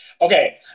Okay